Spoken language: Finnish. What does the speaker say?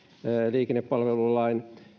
liikennepalvelulain